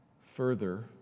further